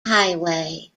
highway